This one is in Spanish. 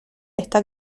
está